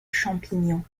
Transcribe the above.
champignons